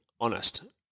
honest